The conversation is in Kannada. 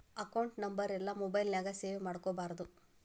ಅಕೌಂಟ್ ನಂಬರೆಲ್ಲಾ ಮೊಬೈಲ್ ನ್ಯಾಗ ಸೇವ್ ಮಾಡ್ಕೊಬಾರ್ದು